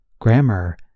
grammar